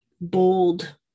bold